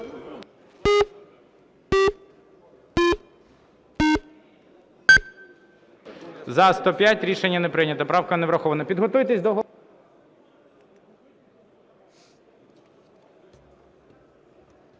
За-145 Рішення не прийнято. Правка не врахована.